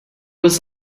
was